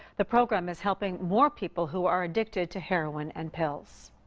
the program is helping more people who are addicted to heroin and pills.